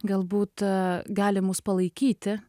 galbūt gali mus palaikyti